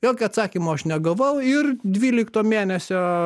jokio atsakymo aš negavau ir dvylikto mėnesio